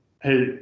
hey